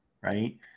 right